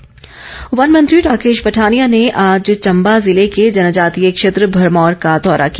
पठानिया वन मंत्री राकेश पठानिया ने आज चंबा ज़िले के जनजातीय क्षेत्र भरमौर का दौरा किया